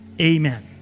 Amen